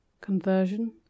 Conversion